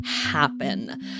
happen